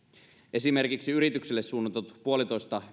esimerkiksi yrityksille suunnatut puolentoista